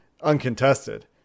uncontested